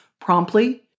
promptly